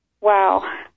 wow